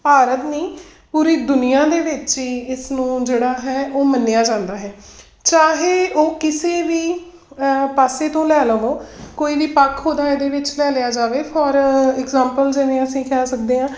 ਭਾਰਤ ਨਹੀਂ ਪੂਰੀ ਦੁਨੀਆ ਦੇ ਵਿੱਚ ਹੀ ਇਸ ਨੂੰ ਜਿਹੜਾ ਹੈ ਉਹ ਮੰਨਿਆ ਜਾਂਦਾ ਹੈ ਚਾਹੇ ਉਹ ਕਿਸੇ ਵੀ ਪਾਸੇ ਤੋਂ ਲੈ ਲਵੋ ਕੋਈ ਵੀ ਪੱਖ ਉਹਦਾ ਇਹਦੇ ਵਿੱਚ ਲੈ ਲਿਆ ਜਾਵੇ ਫੋਰ ਇਗਜਾਮਪਲ ਜਿਵੇਂ ਅਸੀਂ ਕਹਿ ਸਕਦੇ ਹਾਂ